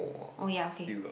oh ya okay